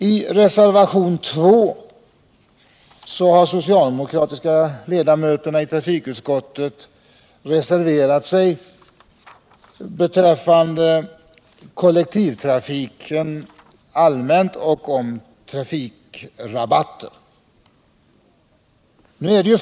I reservationen 2 har de socialdemokratiska ledamöterna i trafikutskottet reserverat sig beträffande den kollektiva trafiken allmänt och beträffande trafikrabatter.